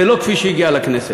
זה לא כפי שהגיע לכנסת.